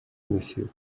monsieur